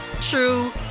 true